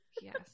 Yes